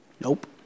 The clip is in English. Nope